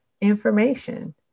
information